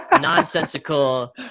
nonsensical